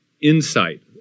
insight